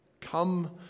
Come